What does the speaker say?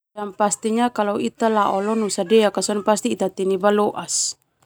Pastinya ita lao leo nusa deak sona ita teni baloas.